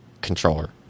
controller